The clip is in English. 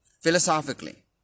Philosophically